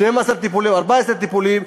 12 טיפולים או 14 טיפולים,